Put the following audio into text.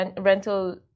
rental